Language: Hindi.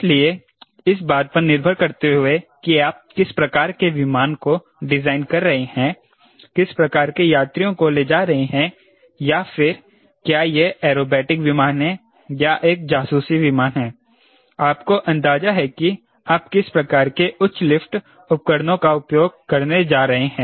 इसलिए इस बात पर निर्भर करते हुए की आप किस प्रकार के विमान को डिजाइन कर रहे हैं किस प्रकार के यात्रियों को ले जा रहे हैं या फिर क्या यह एयरोबैटिक विमान है या यह एक जासूसी विमान है आपको अंदाजा है कि आप किस प्रकार के उच्च लिफ्ट उपकरणों का उपयोग करने जा रहे हैं